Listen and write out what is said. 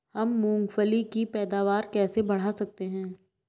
हम मूंगफली की पैदावार कैसे बढ़ा सकते हैं?